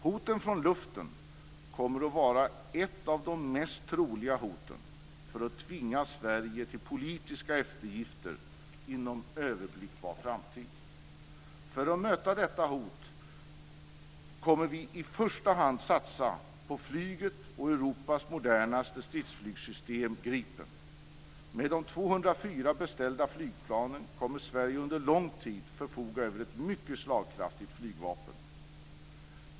Hoten från luften kommer att vara ett av de mest troliga hoten för att tvinga Sverige till politiska eftergifter inom överblickbar framtid. För att möta detta hot kommer vi i första hand att satsa på flyget och Europas modernaste stridsflygsystem, Gripen. Med de 204 beställda flygplanen kommer Sverige under lång tid att förfoga över ett mycket slagkraftigt flygvapen.